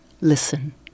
listen